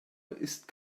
ist